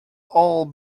all